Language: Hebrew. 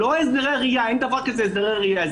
לא הסדר ראייה אין דבר כזה הסדרי ראייה.